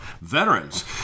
veterans